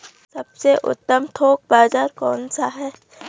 सबसे उत्तम थोक बाज़ार कौन सा है?